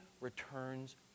returns